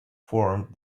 form